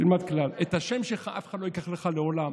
תלמד כלל: את השם שלך אף אחד לא ייקח ממך לעולם.